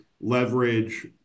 leverage